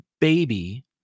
baby